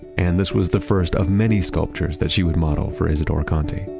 and this was the first of many sculptures that she would model for isidore konti.